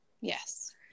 Yes